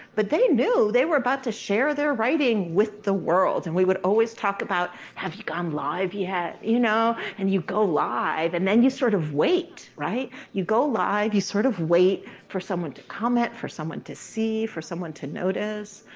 but they knew they were about to share their writing with the world, and we would always talk about have you gone live yet. you know and you go live, and then you sort of wait, right. you go live, you sort of wait for someone to comment, for someone to see, for someone to notice.